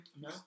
no